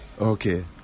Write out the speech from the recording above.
Okay